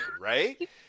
right